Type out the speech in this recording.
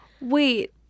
Wait